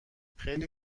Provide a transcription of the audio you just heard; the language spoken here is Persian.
خیلی